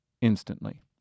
instantly